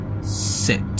Sit